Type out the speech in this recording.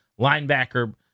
Linebacker